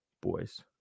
boys